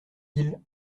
ils